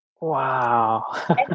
Wow